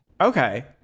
Okay